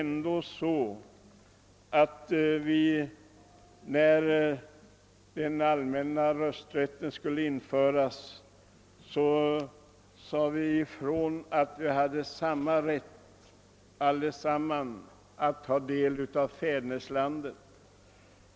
När den allmänna rösträtten en gång skulle införas, sade vi att vi alla hade samma rätt att handha färderneslandets angelägenheter.